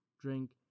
drink